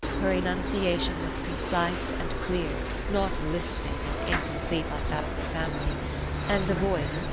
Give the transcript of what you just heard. her enunciation was precise and clear, not lisping and incomplete like that of her family and the voice,